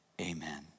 Amen